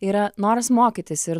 yra noras mokytis ir